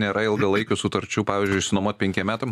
nėra ilgalaikių sutarčių pavyzdžiui išsinuomot penkiem metam